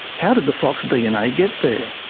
how did the fox dna get there?